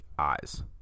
Eyes